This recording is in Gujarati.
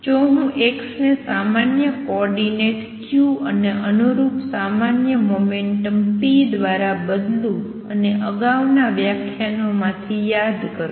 જો હું x ને સામાન્ય કોઓર્ડિનેટ q અને અનુરૂપ સામાન્ય મોમેંટમ p દ્વારા બદલું અને અગાઉના વ્યાખ્યાનો માથી યાદ કરો